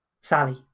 Sally